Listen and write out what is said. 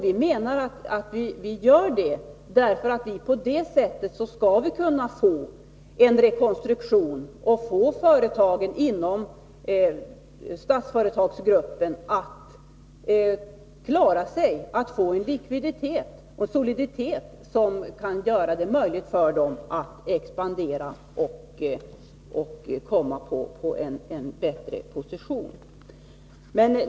Vi menar att vi på det sättet skall kunna genomföra en rekonstruktion och få företagen inom Statsföretagsgruppen att klara sig, så att de får en likviditet och en soliditet som kan göra det möjligt för dem att expandera och få en bättre position.